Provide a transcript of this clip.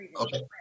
Okay